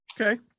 Okay